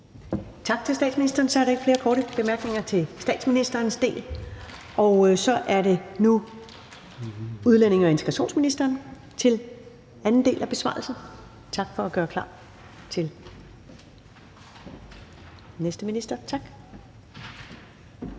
Tak til statsministeren. Så er der ikke flere korte bemærkninger til statsministerens del, og så er det nu udlændinge- og integrationsministeren til anden del af besvarelsen. Tak for at gøre klar til den næste minister.